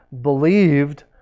believed